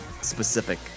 specific